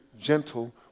gentle